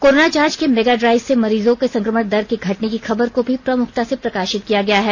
corona जांच के mega drive से मरीजों संक्रमण दर के घटने की खबर को भी प्रमुखता से प्रकाशित किया है